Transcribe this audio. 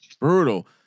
Brutal